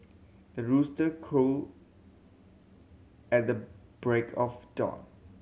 the rooster crow at the break of dawn